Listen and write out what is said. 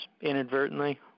inadvertently